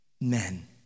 men